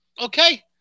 Okay